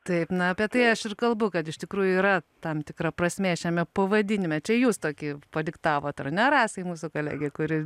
taip na apie tai aš ir kalbu kad iš tikrųjų yra tam tikra prasmė šiame pavadinime čia jūs tokį padiktavot ar ne rasai mūsų kolegei kuri